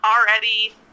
already